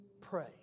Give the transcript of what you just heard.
pray